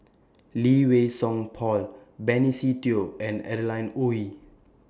Lee Wei Song Paul Benny Se Teo and Adeline Ooi